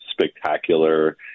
spectacular